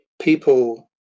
People